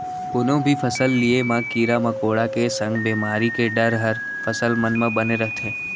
कोनो भी फसल लिये म कीरा मकोड़ा के संग बेमारी के डर हर फसल मन म बने रथे